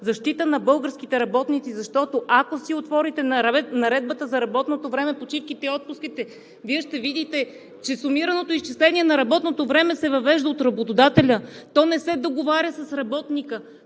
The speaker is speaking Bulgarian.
защита на българските работници! Защото, ако отворите Наредбата за работното време, почивките и отпуските, Вие ще видите, че сумираното изчисление на работното време се въвежда от работодателя, а то не се договаря с работника,